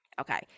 Okay